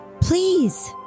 please